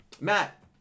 Matt